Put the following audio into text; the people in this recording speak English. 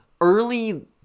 early